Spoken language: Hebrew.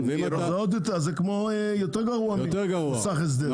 אז זה יותר גרוע ממוסך הסדר.